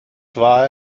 war